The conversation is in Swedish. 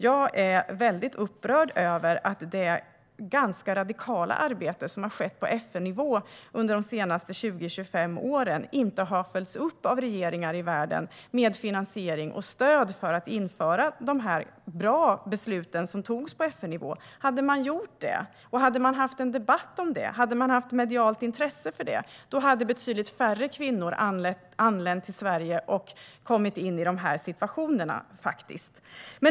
Jag är mycket upprörd över att det ganska radikala arbete som har skett på FN-nivå under de senaste 20-25 åren inte har följts upp av regeringar i världen med finansiering och stöd för att införa sådana bra saker som det har tagits beslut om på FN-nivå. Hade man gjort det, hade man haft en debatt om det och hade man haft medialt intresse för det hade betydligt färre kvinnor anlänt till Sverige och hamnat i dessa situationer.